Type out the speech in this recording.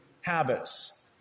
habits